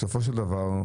בסופו של דבר,